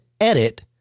edit